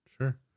Sure